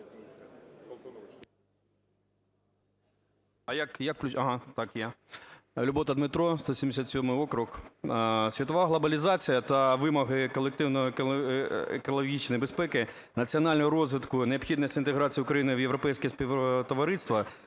ЛЮБОТА Д.В. Любота Дмитро, 177 округ. Світова глобалізація та вимоги колективної екологічної безпеки національного розвитку, необхідність інтеграції України в Європейське співтовариство